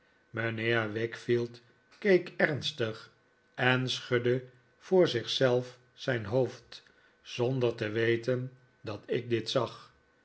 mijnheer wickfield keek ernstig en schudde voor zich zelf zijn hoofd zonder te weten dat ik dit zag